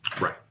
right